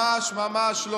אדוני, ממש לא,